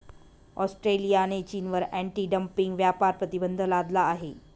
ऑस्ट्रेलियाने चीनवर anti dumping व्यापार प्रतिबंध लादला आहे